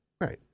Right